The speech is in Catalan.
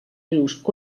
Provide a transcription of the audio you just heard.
rius